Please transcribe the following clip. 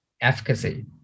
efficacy